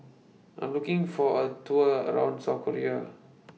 I Am looking For A Tour around South Korea